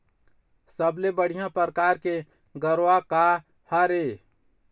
सबले बढ़िया परकार के गरवा का हर ये?